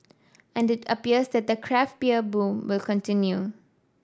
and it appears that the craft beer boom will continue